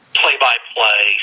play-by-play